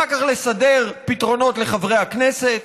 אחר כך לסדר פתרונות לחברי הכנסת,